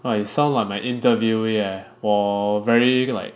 !wah! you sound like my interviewee eh oo very like